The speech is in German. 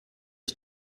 ich